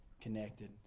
connected